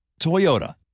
Toyota